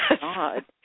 God